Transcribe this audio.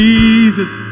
Jesus